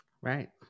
Right